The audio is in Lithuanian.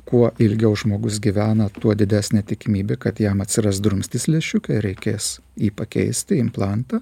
kuo ilgiau žmogus gyvena tuo didesnė tikimybė kad jam atsiras drumstis lęšiuke reikės jį pakeisti implantą